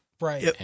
right